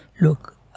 Look